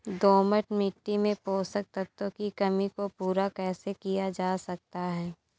दोमट मिट्टी में पोषक तत्वों की कमी को पूरा कैसे किया जा सकता है?